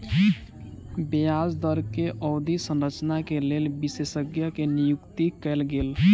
ब्याज दर के अवधि संरचना के लेल विशेषज्ञ के नियुक्ति कयल गेल